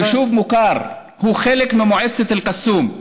הוא יישוב מוכר, והוא חלק ממועצת אל-קסום.